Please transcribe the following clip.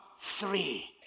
three